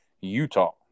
Utah